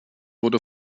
wurde